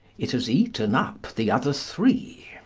it has eaten up the other three.